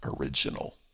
original